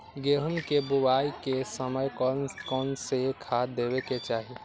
गेंहू के बोआई के समय कौन कौन से खाद देवे के चाही?